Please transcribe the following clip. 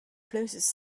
places